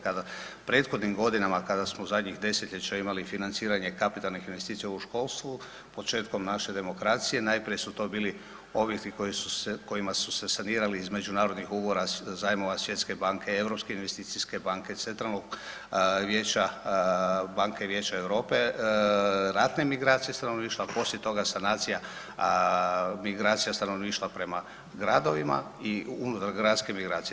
Kada, u prethodnim godinama kada smo u zadnjih desetljeća imali financiranje kapitalnih investicija u školstvu, početkom naše demokracije najprije su to bili objekti koji su se, kojima su se sanirali iz međunarodnih ugovora, zajmova, Svjetske banke, Europske investicijske banke, Centralnog vijeća, banke vijeća Europe, ratne migracije stanovništva, poslije toga sanacija migracija stanovništva prema gradovima i unutar gradske migracije.